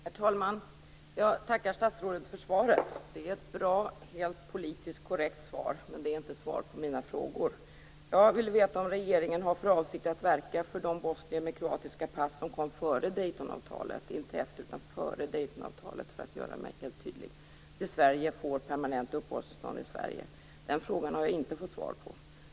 Herr talman! Jag tackar statsrådet för svaret. Det är ett bra, helt politiskt korrekt svar, men det är inte svar på mina frågor. Jag vill veta om regeringen har för avsikt att verka för att de bosnier med kroatiska pass som kom före Daytonavtalet till Sverige - inte efter, för att göra mig helt tydlig - får permanent uppehållstillstånd i Sverige. Den frågan har jag inte fått svar på.